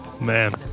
man